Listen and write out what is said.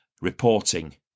reporting